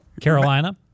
Carolina